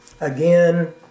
again